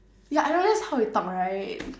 ya I realise how he talk right